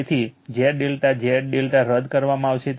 તેથી Z ∆ Z ∆ રદ કરવામાં આવશે